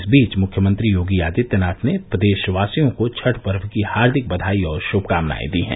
इस बीच मुख्यमंत्री योगी आदित्यनाथ ने प्रदेशवासियों को छठ पर्व की हार्दिक ब्वाई और श्मकामनायें दी हैं